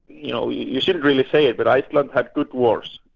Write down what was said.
you know, you you shouldn't really say it, but iceland had good wars.